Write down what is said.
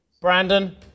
Brandon